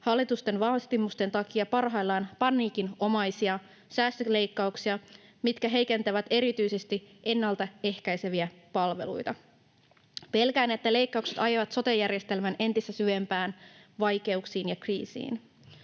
hallituksen vaatimusten takia parhaillaan paniikinomaisia säästöleikkauksia, mitkä heikentävät erityisesti ennalta ehkäiseviä palveluja. Pelkään, että leikkaukset ajavat sote-järjestelmän entistä syvempiin vaikeuksiin ja kriisiin.